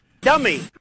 Dummy